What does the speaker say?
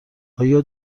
آیا